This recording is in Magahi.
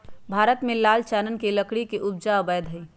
भारत में लाल चानन के लकड़ी के उपजा अवैध हइ